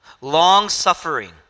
long-suffering